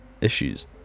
issues